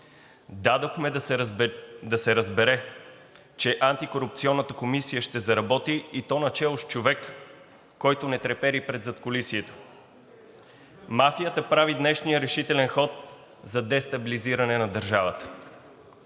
дадохме да се разбере, че Антикорупционната комисия ще заработи, и то начело с човек, който не трепери пред задкулисието. Мафията прави днешния решителен хол за дестабилизиране на държавата,